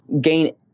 gain